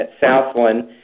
southland